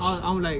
I'm like